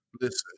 Listen